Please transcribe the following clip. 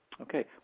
Okay